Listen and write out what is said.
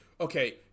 Okay